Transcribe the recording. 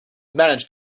managed